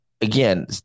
again